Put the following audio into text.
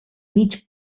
mig